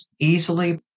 easily